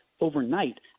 overnight